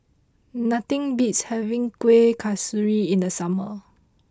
nothing beats having Kuih Kasturi in the summer